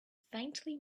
faintly